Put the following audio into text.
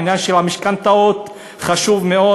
העניין של המשכנתאות חשוב מאוד,